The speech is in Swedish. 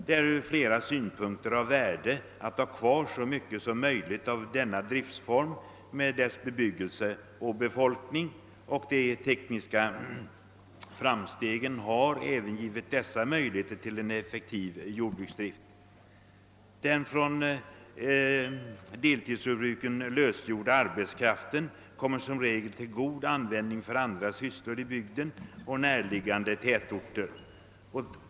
Det är ur flera synpunkter av värde att bibehålla så mycket som möjligt av denna driftsform, med den bebyggelse och den befolkning som finns inom dessa jordbruk, och de tekniska framstegen har även här åstadkommit förutsättningar för en effektiv jordbruksdrift. Den från deltidsjordbruken lösgjorda arbetskraften kommer som regel till god användning för andra sysslor i bygden och i närliggande tätorter.